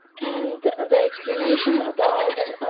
and the explanation about